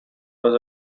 was